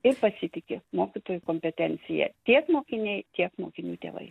ir pasitiki mokytojų kompetencija tiek mokiniai tiek mokinių tėvai